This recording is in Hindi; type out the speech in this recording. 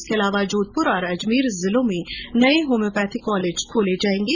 इसके अलावा जोधपुर और अजमेर जिलों में नये होम्योपैथी कॉलेज खोले जायेंगे